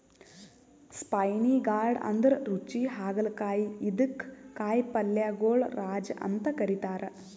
spiny gourd ಅಂದ್ರ ರುಚಿ ಹಾಗಲಕಾಯಿ ಇದಕ್ಕ್ ಕಾಯಿಪಲ್ಯಗೊಳ್ ರಾಜ ಅಂತ್ ಕರಿತಾರ್